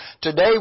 today